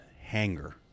hangar